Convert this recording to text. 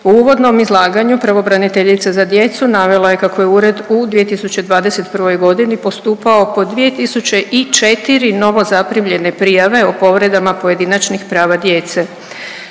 U uvodnom izlaganju pravobraniteljica za djecu navela je kako je Ured u 2021. godini postupao po 2 tisuće i 4 novozaprimljene prijave o povredama pojedinačnih prava djece.